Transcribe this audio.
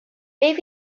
beth